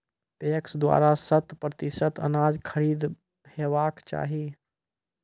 PACS द्वारा शत प्रतिसत अनाज खरीद हेवाक चाही?